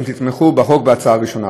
אם תתמכו בחוק בקריאה ראשונה.